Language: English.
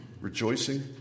rejoicing